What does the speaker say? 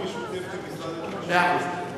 לא,